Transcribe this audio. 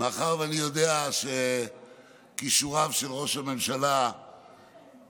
מאחר שאני יודע שכישוריו של ראש הממשלה